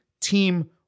team